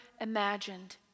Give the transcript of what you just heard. imagined